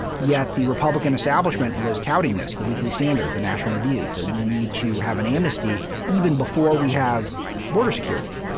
yet the republican establishment was touting this the weekly standard, the national review that we need to have an amnesty even before we have border security.